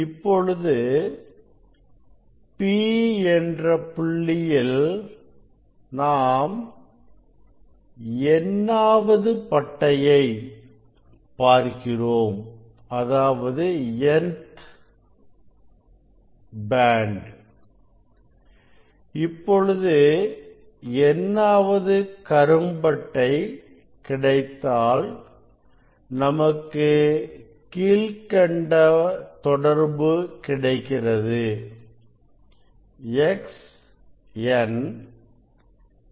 இப்பொழுது P என்ற புள்ளியில் நாம் n ஆவது பட்டையை பார்க்கிறோம் இப்பொழுது n ஆவது கரும் பட்டை கிடைத்தால் நமக்கு கீழ்க்கண்ட தொடர்பு கிடைக்கிறது